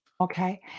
okay